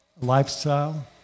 lifestyle